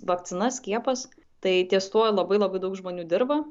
vakcina skiepas tai ties tuo labai labai daug žmonių dirba